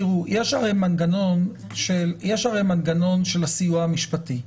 יש הרי מנגנון של הסיוע המשפטי,